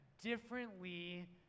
differently